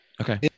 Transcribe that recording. okay